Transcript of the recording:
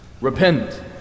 Repent